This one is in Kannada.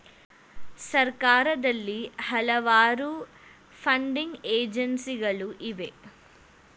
ಸರ್ಕಾರದಲ್ಲಿ ಹಲವಾರು ಫಂಡಿಂಗ್ ಏಜೆನ್ಸಿಗಳು ಇವೆ